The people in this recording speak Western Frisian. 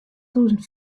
tûzen